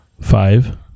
five